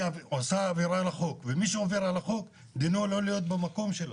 היא עושה עבירה על החוק ומי שעובר על החוק דינו לא להיות במקום שלו.